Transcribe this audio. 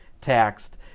taxed